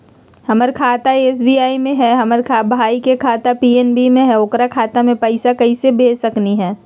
हमर खाता एस.बी.आई में हई, हमर भाई के खाता पी.एन.बी में हई, ओकर खाता में पैसा कैसे भेज सकली हई?